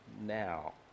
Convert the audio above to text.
now